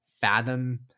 fathom